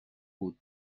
بود